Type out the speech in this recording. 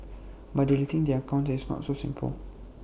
but deleting their accounts is not so simple